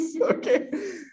okay